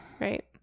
Right